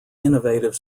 innovative